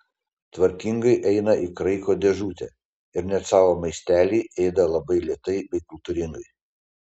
tvarkingai eina į kraiko dėžutę ir net savo maistelį ėda labai lėtai bei kultūringai